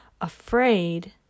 afraid